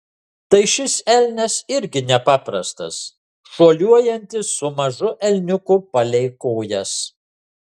tai šis elnias irgi nepaprastas šuoliuojantis su mažu elniuku palei kojas